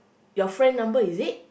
your friend number is it